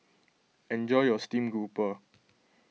enjoy your Steamed Garoupa